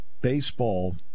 baseball